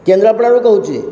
କେନ୍ଦ୍ରାପଡ଼ାରୁ କହୁଛି